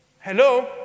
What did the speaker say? Hello